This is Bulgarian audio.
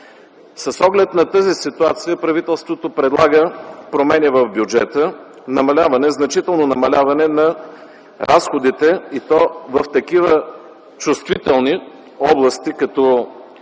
С оглед на тази ситуация правителството предлага промени в бюджета, значително намаляване на разходите, и то в такива чувствителни области, като